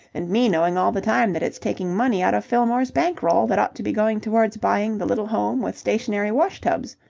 and me knowing all the time that it's taking money out of fillmore's bankroll that ought to be going towards buying the little home with stationary wash-tubs.